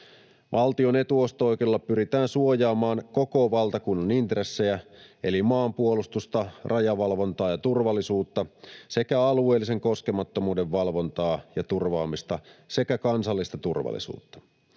Valtion etuosto-oikeudella pyritään suojaamaan koko valtakunnan intressejä eli maanpuolustusta, rajavalvontaa ja turvallisuutta, alueellisen koskemattomuuden valvontaa ja turvaamista sekä kansallista turvallisuutta.